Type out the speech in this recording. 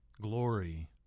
glory